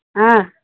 ஆ